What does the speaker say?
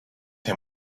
him